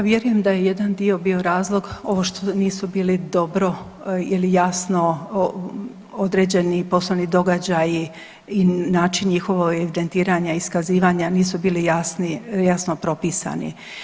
Pa vjerujem da je jedan dio bio razlog ovo što nisu bili dobro ili jasno određeni poslovni događaji i način evidentiranja iskazivanja nisu bili jasno propisani.